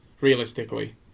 realistically